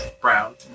brown